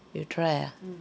you try ah